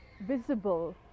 visible